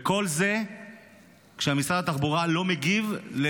וכל זה כשמשרד התחבורה לא מגיב על